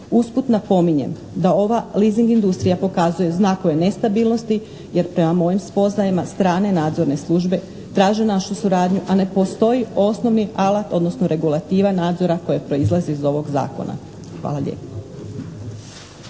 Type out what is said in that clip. Usput napominjem da ova leasing industrija pokazuje znakove nestabilnosti jer prema mojim spoznajama strane nadzorne službe traže našu suradnju, a ne postoji osnovni alat, odnosno regulativa nadzora koja proizlazi iz ovog Zakona. Hvala lijepa.